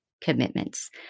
commitments